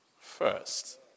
First